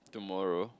tomorrow